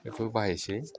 बेखौ बाहायसै